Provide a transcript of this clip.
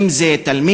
אם זה תלמיד,